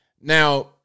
Now